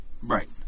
Right